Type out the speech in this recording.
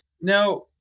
Now